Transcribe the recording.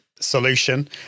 solution